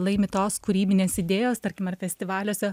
laimi tos kūrybinės idėjos tarkim ar festivaliuose